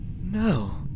No